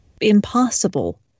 impossible